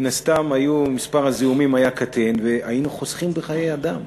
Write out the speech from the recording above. מן הסתם מספר הזיהומים היה קטן והיינו חוסכים בחיי אדם.